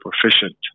proficient